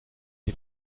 sie